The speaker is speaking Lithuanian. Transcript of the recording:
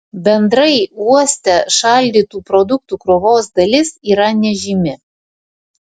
bendrai uoste šaldytų produktų krovos dalis yra nežymi